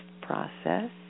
process